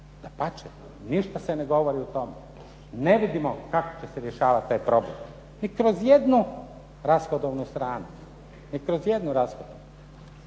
Dapače, ništa se ne govori o tome. Ne vidimo kako će se rješavati taj problem ni kroz jednu rashodovnu stranu. Prema tome,